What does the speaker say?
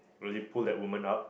really pull that woman up